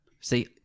See